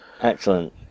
excellent